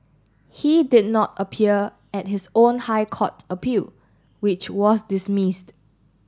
he did not appear at his own High Court appeal which was dismissed